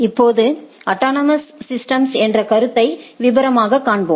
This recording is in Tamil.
இப்போது ஆடோனோமோஸ் சிஸ்டம்ஸ் என்ற கருத்துதை விபரமாக காண்போம்